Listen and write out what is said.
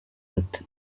ati